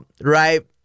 right